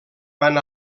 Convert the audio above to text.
van